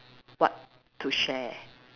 what to share